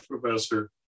professor